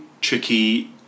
tricky